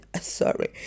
sorry